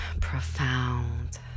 profound